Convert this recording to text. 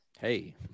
Hey